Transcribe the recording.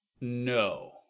No